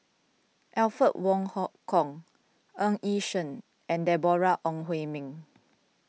Alfred Wong Hong Kwok Ng Yi Sheng and Deborah Ong Hui Min